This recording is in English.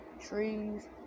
trees